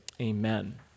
amen